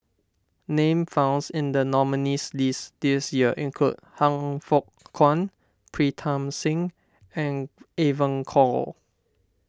Name founds in the nominees' list this year include Han Fook Kwang Pritam Singh and Evon Kow